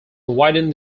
widened